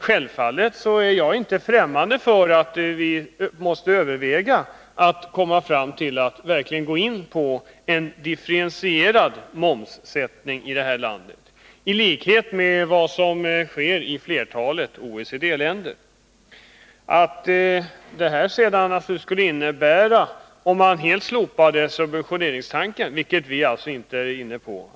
Självfallet är jag inte främmande för tanken att vi måste överväga att gå in för en differentierad momssättning i det här landet i likhet med vad som sker i flertalet OECD-länder. Det behöver inte betyda att man helt skulle slopa subventioneringstanken, vilket vi inte heller är inne på.